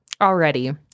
already